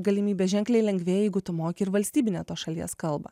galimybės ženkliai lengvėja jeigu tu moki ir valstybinę tos šalies kalbą